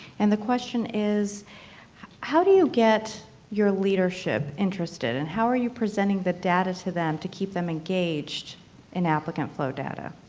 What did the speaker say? and the question is how do you get your leadership interested, and how are you presenting the data to them to keep them engaged in applicant flow data?